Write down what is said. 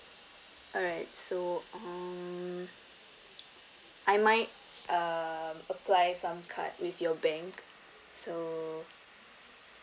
alright so um I might um apply some card with your bank so